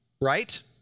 right